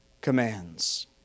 commands